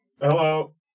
Hello